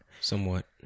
somewhat